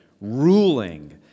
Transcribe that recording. ruling